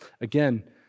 again